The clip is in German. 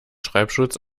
schreibschutz